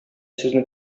сезнең